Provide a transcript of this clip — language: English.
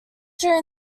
during